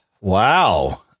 Wow